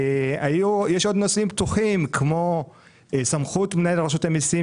יש עוד נושאים פתוחים כמו סמכות מנהל רשות המיסים